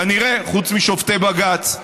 כנראה חוץ משופטי בג"ץ.